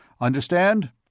Understand